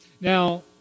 Now